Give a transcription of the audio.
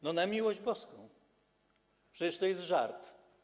No na miłość boską, przecież to jest żart.